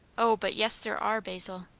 o but yes there are, basil!